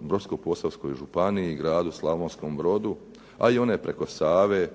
Brodsko-posavskoj županiji, Gradu Slavonskom Brodu, a i one preko Save